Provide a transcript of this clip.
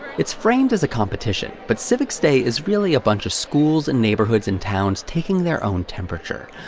it's framed as a competition, but civics day is really a bunch of schools and neighborhoods and towns taking their own temperature,